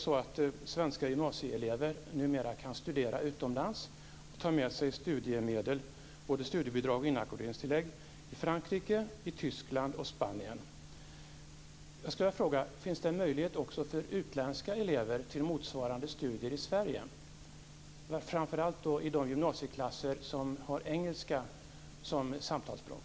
Svenska gymnasieelever kan numera studera utomlands - i Frankrike, Tyskland och Spanien - och ta med sig studiebidrag och inackorderingstillägg. Finns det en möjlighet också för utländska elever till motsvarande studier i Sverige? Det gäller framför allt de gymnasieklasser som har engelska som samtalsspråk.